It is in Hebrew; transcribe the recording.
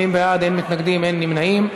אין מתנגדים, אין נמנעים.